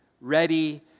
ready